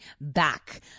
back